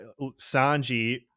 Sanji